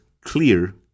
clear